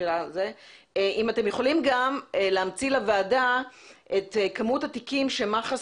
אם אתם יכולים גם להמציא לוועדה את כמות התיקים שמח"ש